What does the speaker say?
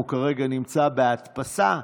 הוא כרגע נמצא בהדפסה,